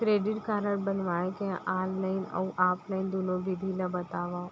Credit card बनवाए के online अऊ ऑफलाइन दुनो विधि ला बतावव?